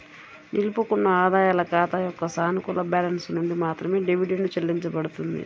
నిలుపుకున్న ఆదాయాల ఖాతా యొక్క సానుకూల బ్యాలెన్స్ నుండి మాత్రమే డివిడెండ్ చెల్లించబడుతుంది